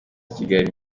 kigali